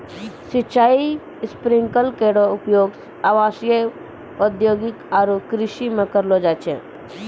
सिंचाई स्प्रिंकलर केरो उपयोग आवासीय, औद्योगिक आरु कृषि म करलो जाय छै